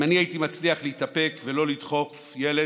אם אני הייתי מצליח להתאפק ולא לדחוף ילד,